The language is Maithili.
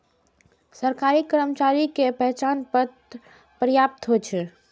सरकारी कर्मचारी के पहचान पत्र पर्याप्त होइ छै